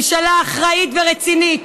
ממשלה אחראית ורצינית,